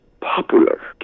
popular